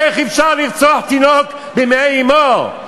איך אפשר לרצוח תינוק במעי אמו?